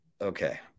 okay